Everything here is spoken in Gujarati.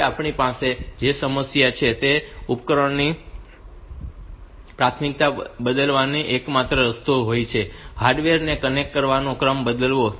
હવે આપણી પાસે જે સમસ્યા છે તે એ છે કે ઉપકરણોની પ્રાથમિકતા બદલવાનો એકમાત્ર રસ્તો એ હોય છે કે હાર્ડવેર ને કનેક્ટ કરવાનો ક્રમ બદલવો